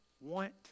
want